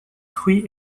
fruits